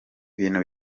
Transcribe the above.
ibintu